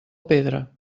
pedra